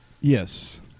Yes